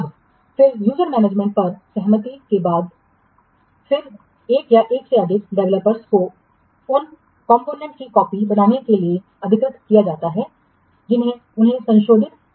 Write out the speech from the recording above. अब फिर यूजरमैनेजमेंट पर सहमति होने के बाद फिर एक या एक से अधिक डेवलपर्स को उन कंपोनेंट की कॉपी बनाने के लिए अधिकृत किया जाता है जिन्हें उन्हें संशोधित किया जाना है